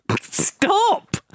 Stop